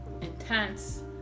intense